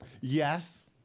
Yes